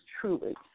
truly